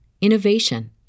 innovation